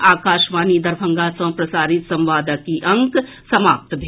एहि संग आकाशवाणी दरभंगा सँ प्रसारित संवादक ई अंक समाप्त भेल